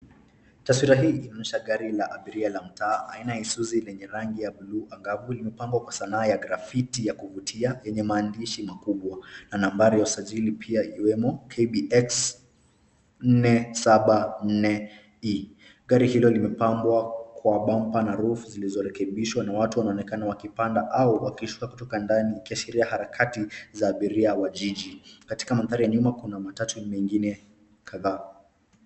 Taswira hii inaonyesha gari la abiria la mtaa aina ya isuzu lenye rangi ya blue ambapo imepambwa kwa sanaa ya grafiti ya kuvutia yenye maandishi makubwa, na nambari ya usajili pia likiwemo KBX 474E.Gari hilo limepambwa kwa bamba na roof zilizorekebishwa na watu wanaonekana wakipanda au wakishuka kutoka ndani ikiashiria harakati za abiria wa jiji. Katika mandhari ya nyuma kuna matatu mengine kadhaa.